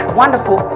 wonderful